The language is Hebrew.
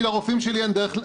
כי לרופאים שלי אין דרך להגיע.